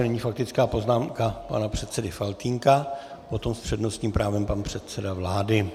Nyní faktická poznámka pana předsedy Faltýnka, potom s přednostním právem pan předseda vlády.